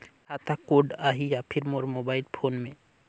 खाता कोड आही या फिर मोर मोबाइल फोन मे?